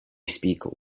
speak